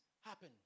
happen